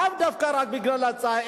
לאו דווקא רק בגלל ההצעה,